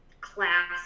class